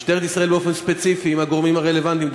משטרת ישראל באופן ספציפי עם הגורמים הרלוונטיים.